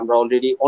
already